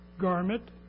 garment